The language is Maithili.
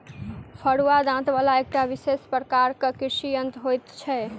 फरूआ दाँत बला एकटा विशेष प्रकारक कृषि यंत्र होइत छै